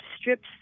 strips